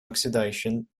oxidation